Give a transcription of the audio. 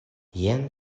jen